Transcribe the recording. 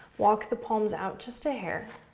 walk the palms out just a hair.